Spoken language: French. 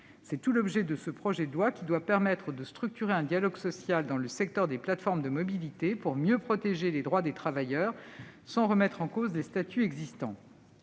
Tel est l'objet du présent projet de loi, qui doit permettre de structurer un dialogue social dans le secteur des plateformes de mobilité afin de mieux protéger les droits des travailleurs, sans remettre en cause les statuts existants.